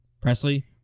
Presley